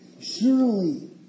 Surely